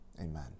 amen